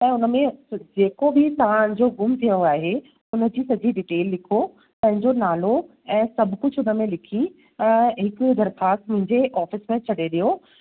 त हमे जेको बि तव्हांजो गुमु थियो आहे उन जी सॼी डिटेल लिखो पंहिंजो नालो ऐं सभु कुझु उन में लिखी हिकु दरख़्वास्त मुंहिंजे ऑफ़िस में छॾे छॾियो